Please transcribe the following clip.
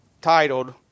titled